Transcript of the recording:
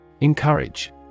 Encourage